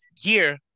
year